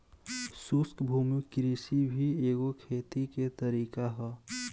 शुष्क भूमि कृषि भी एगो खेती के तरीका ह